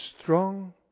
strong